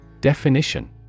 Definition